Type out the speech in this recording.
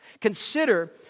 Consider